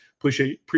Appreciate